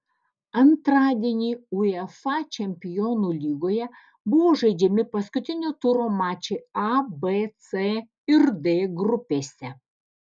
antradienį uefa čempionų lygoje buvo žaidžiami paskutinio turo mačai a b c ir d grupėse